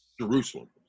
Jerusalem